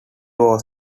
was